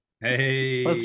Hey